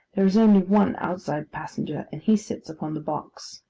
there is only one outside passenger, and he sits upon the box.